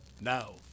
Now